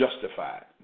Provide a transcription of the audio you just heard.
justified